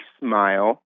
smile